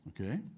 Okay